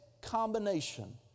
combination